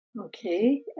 Okay